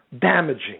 Damaging